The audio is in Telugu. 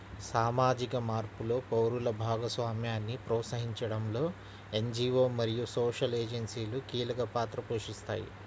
సామాజిక మార్పులో పౌరుల భాగస్వామ్యాన్ని ప్రోత్సహించడంలో ఎన్.జీ.వో మరియు సోషల్ ఏజెన్సీలు కీలక పాత్ర పోషిస్తాయి